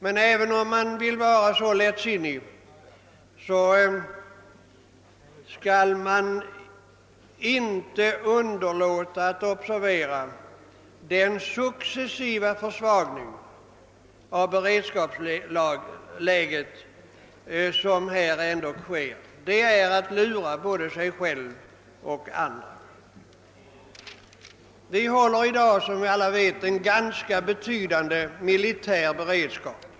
Men även om man vill vara så lättsinnig skall man inte underlåta att observera den successiva försvagning av beredskapsläget som här ändå sker. Det vore att lura både sig själv och andra. Vi upprätthåller i dag, som alla vet, en ganska betydande militär beredskap.